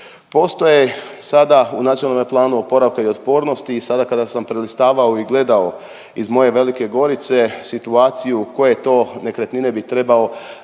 Postoje sada u Nacionalnome planu oporavka i otpornosti i sada kada sam prelistavao i gledao iz moje Velike Gorice situaciju koje to nekretnine bi trebao